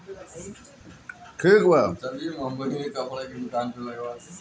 वित्तीय इंजनियरिंग सब कंपनी वित्त के जोखिम से बचे खातिर काम करत हवे